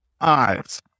eyes